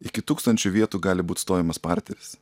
iki tūkstančio vietų gali būt stovimas partneris